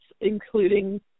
including